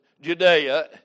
Judea